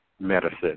Medicine